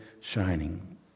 shining